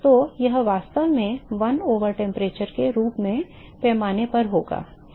तो यह वास्तव में 1 over temperature के रूप में पैमाने पर होगा